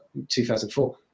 2004